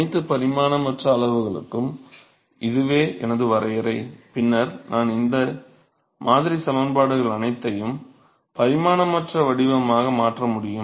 அனைத்து பரிமாணமற்ற அளவுகளுக்கும் இதுவே எனது வரையறை பின்னர் நான் இந்த மாதிரி சமன்பாடுகள் அனைத்தையும் பரிமாணமற்ற வடிவமாக மாற்ற முடியும்